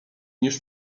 niż